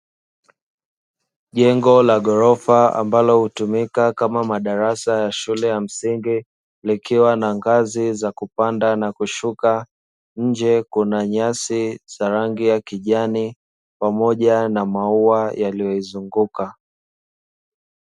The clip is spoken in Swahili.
Jengo la ghorofa ambalo hutumika kama madarasa ya shule ya msingi, likiwa na ngazi za kupanda na kushuka. Nje kuna nyasi za rangi ya kijani pamoja na maua yaliyoizunguka.